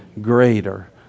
Greater